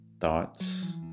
thoughts